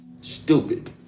Stupid